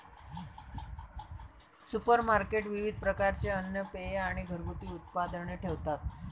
supermarket विविध प्रकारचे अन्न, पेये आणि घरगुती उत्पादने ठेवतात